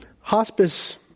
hospice